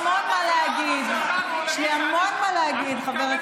עד תום עשר הדקות אני אעמוד כאן.